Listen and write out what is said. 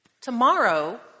Tomorrow